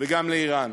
וגם לאיראן.